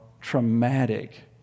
traumatic